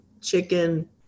chicken